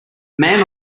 man